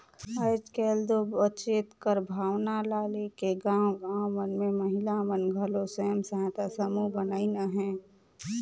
आएज काएल दो बचेत कर भावना ल लेके गाँव गाँव मन में महिला मन घलो स्व सहायता समूह बनाइन अहें